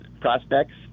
prospects